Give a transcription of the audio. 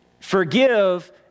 Forgive